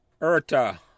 Urta